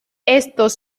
estos